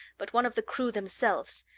but one of the crew themselves.